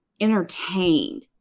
entertained